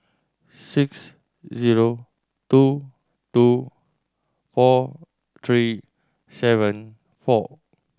six zero two two four three seven four